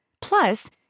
Plus